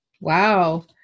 Wow